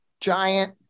giant